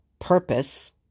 purpose